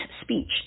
speech